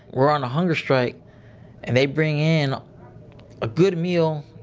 we're on a hunger strike and they bring in a good meal.